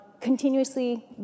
Continuously